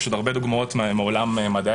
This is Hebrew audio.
יש עוד הרבה דוגמאות מעולם מדעי